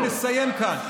אני מסיים כאן.